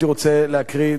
והייתי רוצה להקריא,